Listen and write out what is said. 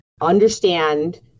understand